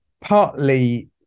partly